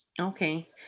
Okay